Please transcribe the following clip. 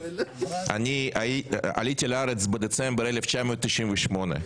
אני עליתי לארץ בדצמבר 1998,